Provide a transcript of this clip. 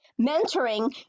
mentoring